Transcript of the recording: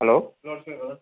hello